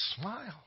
smile